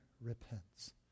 repents